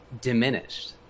Diminished